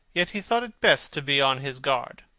yet he thought it best to be on his guard.